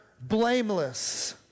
blameless